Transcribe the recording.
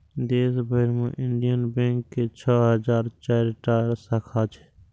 देश भरि मे इंडियन बैंक के छह हजार चारि टा शाखा छै